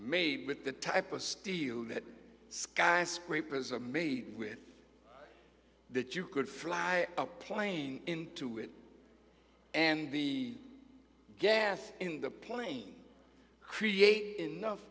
made with the type of steel that sky scrapers are made with that you could fly a plane into it and the gas in the plane create enough